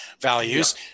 values